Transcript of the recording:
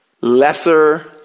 lesser